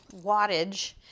wattage